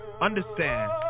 understand